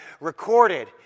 recorded